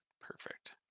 Perfect